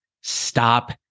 stop